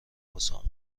واسمون